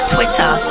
Twitter